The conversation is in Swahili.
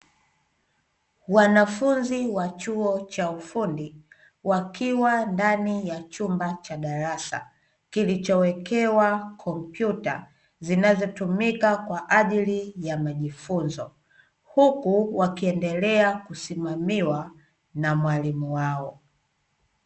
Wanafunzi wa chuo cha ufundi wakiwa ndani ya chumba cha darasa, kilichowekewa kumpyuta zinazotumika kwa ajili ya majifunzo, huku wakiendelea kusimamiwa na mwalimu wao.